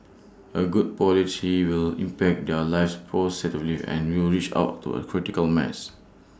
A good policy will impact their lives positively and you'll reach out to A critical mass